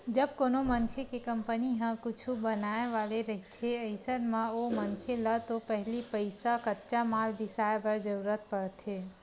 जब कोनो मनखे के कंपनी ह कुछु बनाय वाले रहिथे अइसन म ओ मनखे ल तो पहिली पइसा कच्चा माल बिसाय बर जरुरत पड़थे